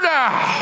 now